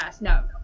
No